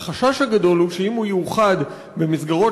החשש הגדול הוא שאם הוא יאוחד עם מסגרות